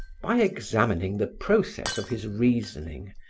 by examining the process of his reasoning,